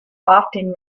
often